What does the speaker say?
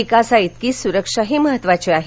विकासाइतकीच सुरक्षाही महत्वाची आहे